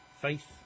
faith